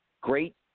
great